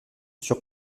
sur